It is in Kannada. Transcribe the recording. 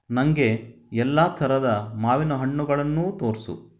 ನನಗೆ ಎಲ್ಲ ಥರದ ಮಾವಿನ ಹಣ್ಣುಗಳನ್ನೂ ತೋರಿಸು